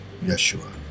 Yeshua